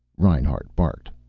reinhart barked.